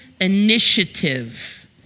initiative